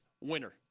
winner